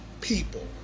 people